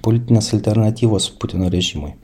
politinės alternatyvos putino režimui